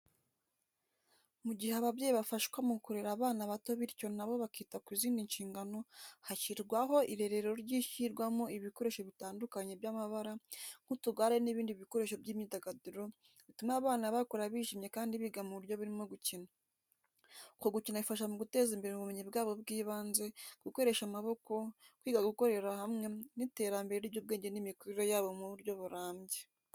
Mu gihe ababyeyi bafashwa mu kurera abana bato bityo na bo bakita ku zindi nshingano, hashyirwaho irerero rishyirwamo ibikoresho bitandukanye by’amabara, nk’utugare n’ibindi bikoresho by’imyidagaduro, bituma abana bakura bishimye kandi biga mu buryo burimo gukina. Uko gukina bifasha mu guteza imbere ubumenyi bwabo bw’ibanze, gukoresha amaboko, kwiga gukorera hamwe n’iterambere ry’ubwenge n’imikurire yabo mu buryo burambye.